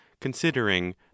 considering